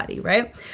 Right